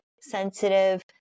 sensitive